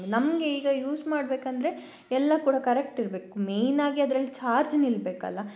ನಮಗೆ ಈಗ ಯೂಸ್ ಮಾಡಬೇಕೆಂದರೆ ಎಲ್ಲ ಕೂಡ ಕರೆಕ್ಟ್ ಇರಬೇಕು ಮೈನಾಗಿ ಅದರಲ್ಲಿ ಚಾರ್ಜ್ ನಿಲ್ಲಬೇಕಲ್ಲ